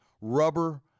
rubber